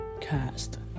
Cast